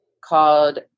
called